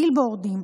בילבורדים,